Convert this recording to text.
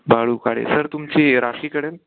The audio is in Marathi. बाळू काळे सर तुमची राशी कळेल